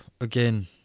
again